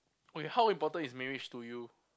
okay how important is marriage to you